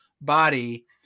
body